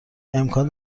امکان